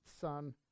son